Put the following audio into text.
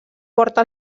porta